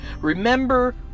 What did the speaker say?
Remember